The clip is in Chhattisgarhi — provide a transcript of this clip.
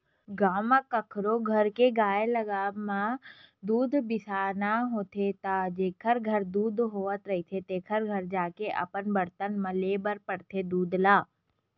गाँव म कखरो घर के गाय लागब म दूद बिसाना होथे त जेखर घर दूद होवत रहिथे तेखर घर जाके अपन बरतन म लेय बर परथे दूद ल